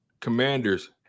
commanders